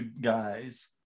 guys